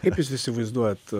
kaip jūs įsivaizduojat